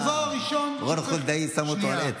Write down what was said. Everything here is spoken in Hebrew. הדבר הראשון שצריך, רון חולדאי שם אותו על עץ.